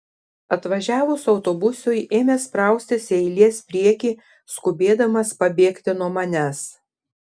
atvažiavus autobusui ėmė spraustis į eilės priekį skubėdamas pabėgti nuo manęs